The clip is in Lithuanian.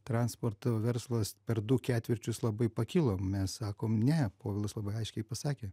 transporto verslas per du ketvirčius labai pakilo mes sakom ne povilas labai aiškiai pasakė